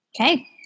Okay